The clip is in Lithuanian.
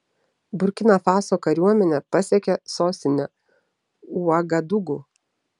burkina faso kariuomenė pasiekė sostinę uagadugu